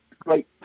great